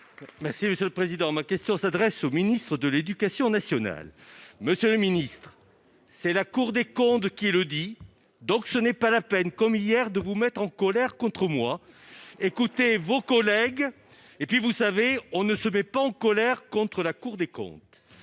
Merci monsieur le président, ma question s'adresse au ministre de l'Éducation nationale, monsieur le Ministre, c'est la Cour des comptes qui le dit, donc ce n'est pas la peine, comme hier, de vous mettre en colère contre moi, écoutez vos collègues et puis vous savez, on ne se met pas en colère contre la Cour des comptes